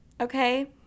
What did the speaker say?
Okay